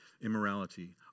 immorality